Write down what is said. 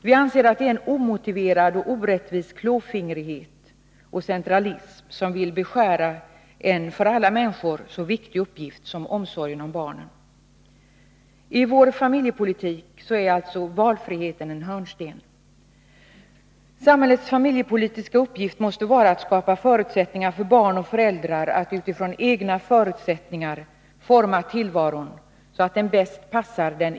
Vi anser att det är en omotiverad och orättvis klåfingrighet och centralism då man vill begränsa en för alla människor så viktig uppgift som omsorgen om barnen. I vår familjepolitik är alltså frågan om valfriheten en hörnsten. Samhällets familjepolitiska uppgift måste vara att skapa förutsättningar för barn och föräldrar att utifrån egna förutsättningar forma tillvaron så, att den bäst passar familjen.